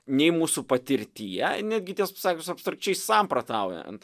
nei mūsų patirtyje netgi tiesą pasakius abstrakčiai samprotaujant